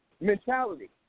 mentality